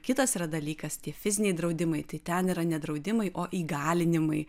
kitas yra dalykas tie fiziniai draudimai tai ten yra ne draudimai o įgalinimai